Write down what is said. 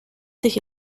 sich